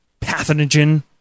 pathogen